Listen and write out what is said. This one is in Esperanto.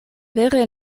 vere